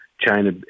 China